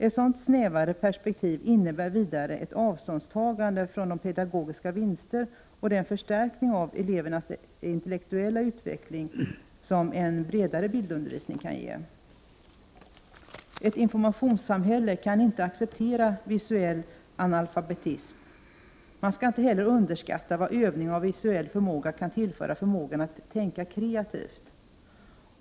Ett sådant snävare perspektiv innebär vidare ett avståndstagande från de pedagogiska vinster och den förstärkning av elevernas intellektuella utveckling som en bredare bildundervisning kan ge. Ett informationssamhälle kan inte acceptera visuell analfabetism. Man skall heller inte underskatta vad övning av visuell förmåga kan tillföra förmågan att tänka kreativt.